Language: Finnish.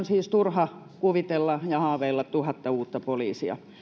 siis turha kuvitella ja haaveilla tuhatta uutta poliisia